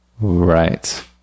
Right